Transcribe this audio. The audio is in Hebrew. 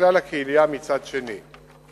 לכלל הקהילייה מצד שני.